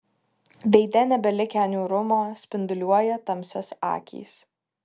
veide nebelikę niūrumo spinduliuoja tamsios akys